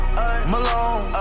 Malone